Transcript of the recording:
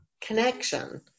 connection